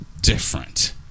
different